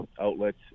outlets